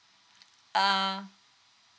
uh